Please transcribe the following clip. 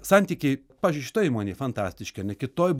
santykiai pavyzdžiui šitoj įmonėj fantastiški ar ne kitoj